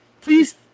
please